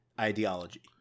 ideology